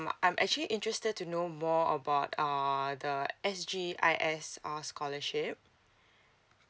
I'm actually interested to know more about err the s g i s scholarship